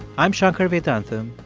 i'm shankar vedantam,